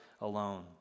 alone